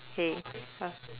K